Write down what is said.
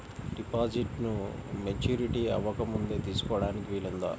డిపాజిట్ను మెచ్యూరిటీ అవ్వకముందే తీసుకోటానికి వీలుందా?